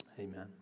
Amen